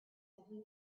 simply